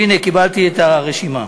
הנה קיבלתי את הרשימה.